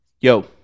Yo